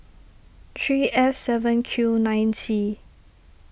three S seven Q nine C